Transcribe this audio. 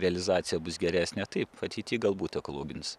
realizacija bus geresnė taip ateity galbūt ekologinis